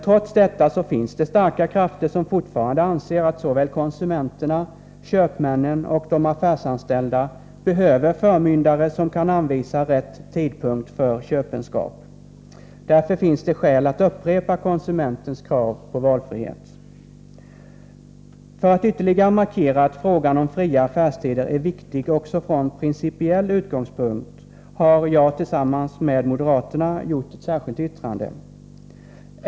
Trots detta finns det emellertid starka krafter som fortfarande anser att konsumenterna, köpmännen och de affärsanställda behöver förmyndare som kan anvisa rätt tidpunkt för köpenskap. Därför finns det skäl att upprepa konsumenternas krav på valfrihet. För att ytterligare markera att frågan om fria affärstider är viktig också från principiell utgångspunkt har jag tillsammans med moderaterna avgivit ett särskilt yttrande.